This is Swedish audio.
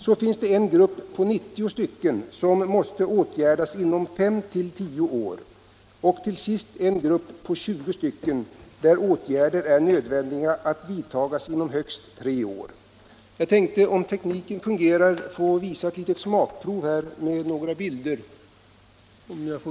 Så finns det en grupp på 90 sjöar som måste åtgärdas inom 5-10 år, och till sist en grupp på 20 sjöar där åtgärder är nödvändiga inom högst 3 år. Jag vill visa några smakprov på bildskärmen.